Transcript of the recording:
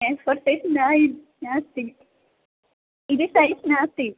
ए फ़र् सैज़् न नास्ति इति सैज़् नास्ति